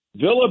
Villa